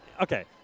Okay